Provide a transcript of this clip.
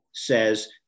says